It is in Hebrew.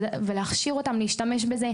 ולהכשיר אותם להשתמש בזה.